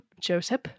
Joseph